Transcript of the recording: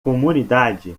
comunidade